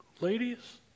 ladies